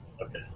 Okay